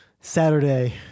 Saturday